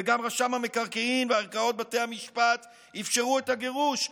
וגם רשם המקרקעין וערכאות בתי המשפט אפשרו את הגירוש,